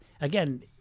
again